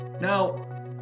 Now